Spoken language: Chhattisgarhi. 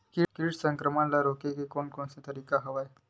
कीट संक्रमण ल रोके के कोन कोन तरीका हवय?